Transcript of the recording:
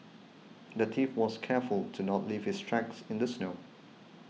the thief was careful to not leave his tracks in the snow